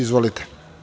Izvolite.